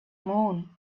moon